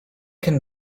can